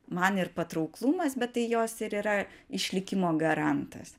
man ir patrauklumas bet tai jos ir yra išlikimo garantas